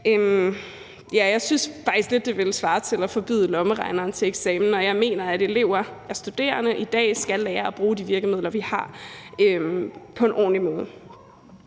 jeg synes faktisk, at det lidt ville svare til at forbyde lommeregneren til eksamen. Jeg mener, at elever og studerende i dag skal lære at bruge de virkemidler, vi har, på en ordentlig måde.